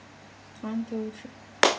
one two three